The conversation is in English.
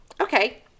Okay